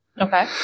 Okay